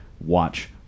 watch